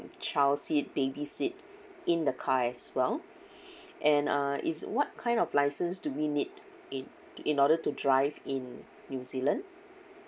child seat baby seat in the car as well and uh it's what kind of license do we need in in order to drive in new zealand